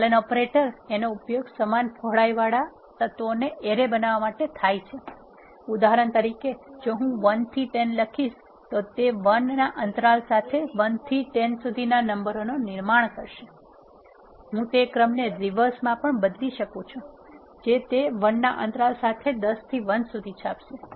colon operator નો ઉપયોગ સમાન પહોળાઈવાળા તત્વોનો એરે બનાવવા માટે થાય છે ઉદાહરણ તરીકે જો હું 1 થી 10 લખીશ તો તે 1 ના અંતરાલ સાથે 1 થી 10 સુધીના નંબરોનું નિર્માણ કરશે હું તે ક્રમ ને રિવર્સ માં પણ બદલી શકું છું જે તે 1 ના અંતરાલ સાથે 10 થી 1 સુધી છાપશે